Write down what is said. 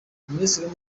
minisiteri